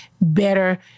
better